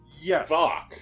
Yes